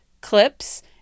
clips